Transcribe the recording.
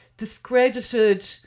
discredited